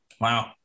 Wow